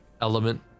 element